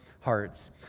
hearts